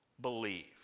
believe